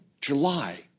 July